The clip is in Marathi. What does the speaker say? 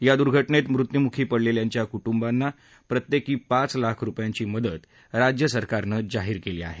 या दुर्घटनेत मृत्यूमुखी पडलेल्यांच्या कुटूंबाना प्रत्येकी पाच लाख रुपयांची मदत राज्यसरकारनं जाहीर केली आहे